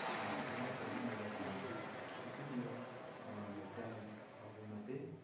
म बोली नै रहेको हुन्छु यो त्यही मेरो ट्यालेन्टहरू मध्ये